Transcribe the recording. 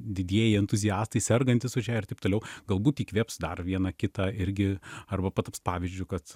didieji entuziastai sergantys už ją ir taip toliau galbūt įkvėps dar vieną kitą irgi arba pataps pavyzdžiu kad